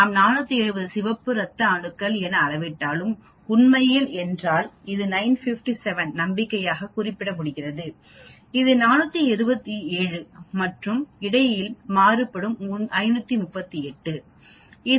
நாம் 470 சிவப்பு ரத்த அணுக்கள் என அளவிட்டாலும் உண்மையில் என்றால் இது 957 நம்பிக்கையாக குறிப்பிட விரும்புகிறீர்கள் இது 427 மற்றும் இடையில் மாறுபடும் 538